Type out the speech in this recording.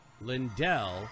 Lindell